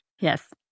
Yes